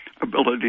ability